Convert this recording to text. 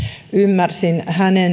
ymmärsin